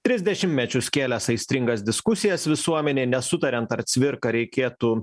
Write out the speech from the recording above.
tris dešimtmečius kėlęs aistringas diskusijas visuomenėj nesutariant ar cvirką reikėtų